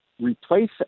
replace